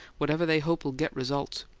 whatever they hope will get results.